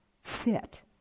sit